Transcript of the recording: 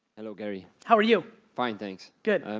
hello gary. how are you? fine, thanks. good.